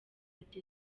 ati